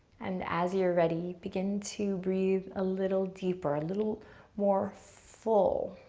and as you're ready, begin to breath a little deeper, a little more full.